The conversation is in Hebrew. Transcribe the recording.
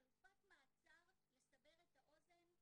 חלופת מעצר, לסבר את האוזן,